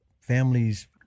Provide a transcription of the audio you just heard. families